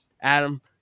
Adam